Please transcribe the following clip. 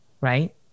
right